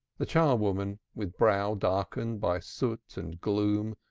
the char-woman, with brow darkened by soot and gloom,